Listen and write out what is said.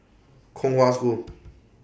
Kong Hwa School